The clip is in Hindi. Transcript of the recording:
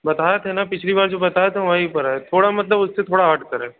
बताए थे ना जो पिछली बार बताए थे वहीं पर है थोड़ा मतलब उससे थोड़ा हट कर है